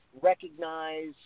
recognize